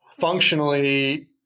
Functionally